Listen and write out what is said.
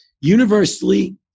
universally